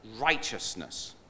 righteousness